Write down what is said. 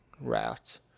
route